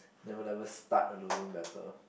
never never start a losing battle